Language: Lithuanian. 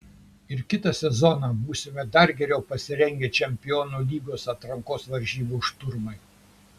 ir kitą sezoną būsime dar geriau pasirengę čempionų lygos atrankos varžybų šturmui